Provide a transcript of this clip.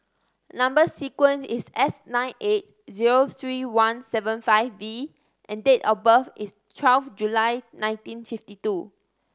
number sequence is S nine eight zero three one seven five V and date of birth is twelve July nineteen fifty two